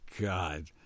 God